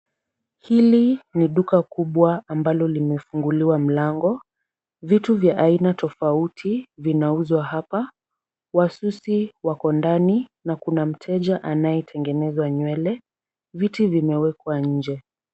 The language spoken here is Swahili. Hili ni duka kubwa ambalo limefunguliwa mlango. Vitu vya aina tofauti vinauzwa hapa. Wasusi wako ndani na kuna mteja anayetengenezwa nywele. Viti vimewekwa nje.